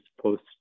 post